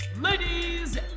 Ladies